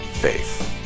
faith